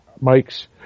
Mike's